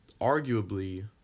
arguably